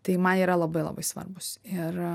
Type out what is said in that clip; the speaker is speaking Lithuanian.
tai man jie yra labai labai svarbūs ir